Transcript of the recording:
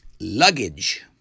Luggage